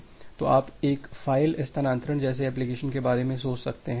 तो आप एक फ़ाइल स्थानांतरण जैसे एप्लिकेशन के बारे में सोच सकते हैं